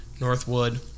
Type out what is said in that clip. Northwood